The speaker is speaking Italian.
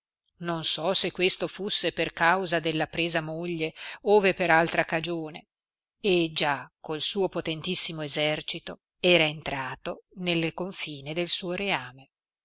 non so se questo fusse per causa della presa moglie over per altra cagione e già col suo potentissimo essercito era entrato nelle confine del suo reame